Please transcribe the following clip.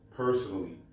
Personally